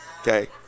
Okay